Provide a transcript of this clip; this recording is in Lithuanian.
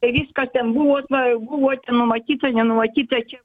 viskas ten buvo va buvo ten numatyta nenumatyta čia